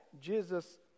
Jesus